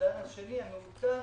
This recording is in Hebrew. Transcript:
האומדן השני המעודכן,